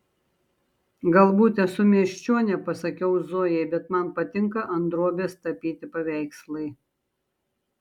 galbūt esu miesčionė pasakiau zojai bet man patinka ant drobės tapyti paveikslai